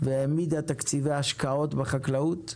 והעמידה תקציבי השקעות בחקלאות,